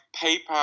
paper